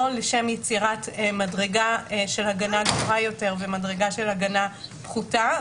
לשם יצירת מדרגה שלהגנה טובה יותר ומדרגה של הגנה פחותה.